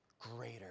greater